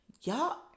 y'all